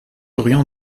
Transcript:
orient